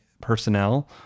personnel